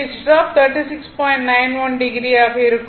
61o ஆக இருக்கும்